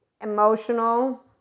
emotional